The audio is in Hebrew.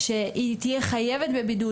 שהיא תהיה חייבת בבידוד,